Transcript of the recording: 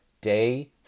Day